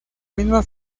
misma